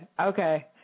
Okay